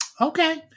Okay